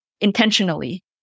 intentionally